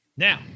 Now